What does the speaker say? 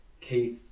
Keith